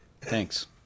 Thanks